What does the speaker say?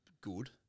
good